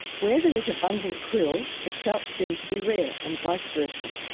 where there is abundant krill, the salps seem to be rare, and vice versa.